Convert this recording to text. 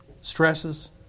Stresses